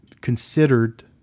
considered